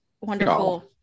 wonderful